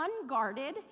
unguarded